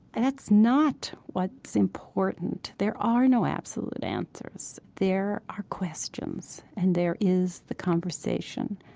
and that's not what's important. there are no absolute answers. there are questions, and there is the conversation,